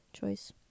choice